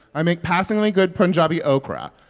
i make passingly good punjabi okra.